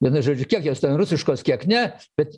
vienu žodžiu kiek jos rusiškos kiek ne bet